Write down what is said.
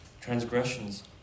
transgressions